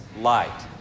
light